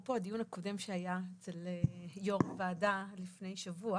אפרופו הדיון הקודם שהיה אצל יו"ר ועדה לפני שבוע,